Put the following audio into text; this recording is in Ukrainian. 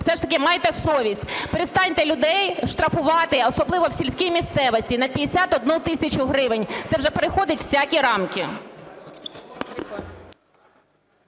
все ж таки майте совість, перестаньте людей штрафувати, особливо в сільській місцевості, на 51 тисячу гривень. Це вже переходить всякі рамки!